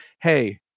hey